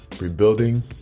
Rebuilding